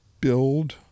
build